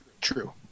True